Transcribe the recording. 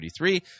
33